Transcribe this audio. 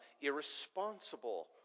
irresponsible